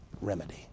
remedy